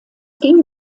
ging